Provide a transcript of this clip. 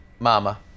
Mama